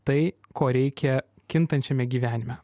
tai ko reikia kintančiame gyvenime